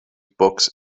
books